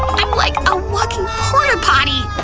i'm like a walking port-a-potty!